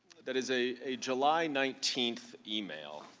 that is a a july nineteenth email.